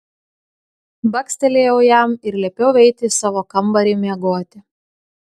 bakstelėjau jam ir liepiau eiti į savo kambarį miegoti